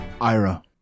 Ira